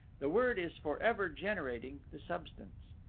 the word is for ever generating the substance.